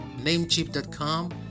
Namecheap.com